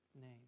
name